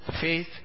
Faith